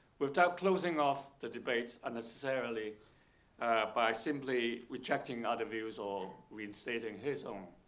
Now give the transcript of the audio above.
without closing off the debates unnecessarily by simply rejecting other views or restating his own.